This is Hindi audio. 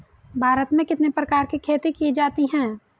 भारत में कितने प्रकार की खेती की जाती हैं?